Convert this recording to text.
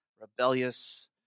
rebellious